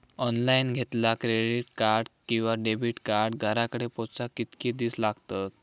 Online घेतला credit card किंवा debit card घराकडे पोचाक कितके दिस लागतत?